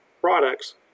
products